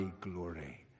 glory